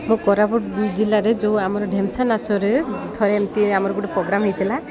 ମୋ କୋରାପୁଟ ଜିଲ୍ଲାରେ ଯେଉଁ ଆମର ଢେମ୍ସା ନାଚରେ ଥରେ ଏମିତି ଆମର ଗୋଟେ ପ୍ରୋଗ୍ରାମ ହେଇଥିଲା